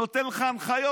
נתן לך הנחיות,